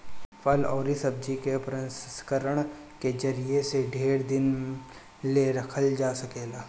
फल अउरी सब्जी के प्रसंस्करण के जरिया से ढेर दिन ले रखल जा सकेला